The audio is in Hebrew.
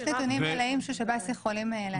יש נתונים מלאים ששב"ס יכולים להציג.